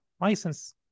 license